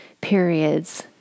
periods